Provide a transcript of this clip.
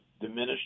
diminished